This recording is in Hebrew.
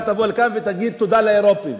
תבוא לכאן ותגיד תודה לאירופים.